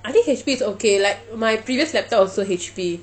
I think H_P is okay like my previous laptop also H_P